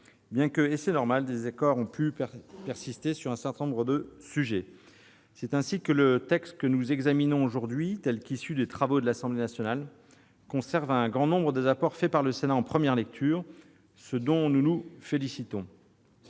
bien que- et c'est normal -des désaccords aient pu subsister sur un certain nombre de sujets. C'est ainsi que le texte que nous examinons aujourd'hui, tel qu'issu des travaux de l'Assemblée nationale, conserve un grand nombre des apports introduits par le Sénat en première lecture, ce dont nous nous félicitons.